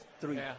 three